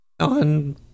on